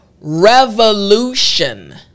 Revolution